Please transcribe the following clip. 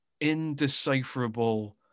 indecipherable